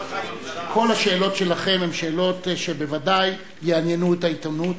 כל השאלות שלכם הן שאלות שבוודאי יעניינו את העיתונות,